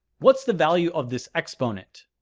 what's the value of this exponent?